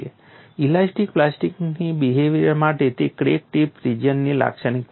elastic પ્લાસ્ટિકની behaviour માટે તે ક્રેક ટિપ રિજિયનની લાક્ષણિકતા ધરાવે છે